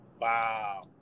Wow